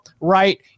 right